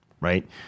right